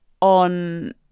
on